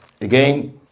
Again